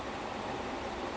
oh okay